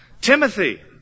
Timothy